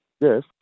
Yes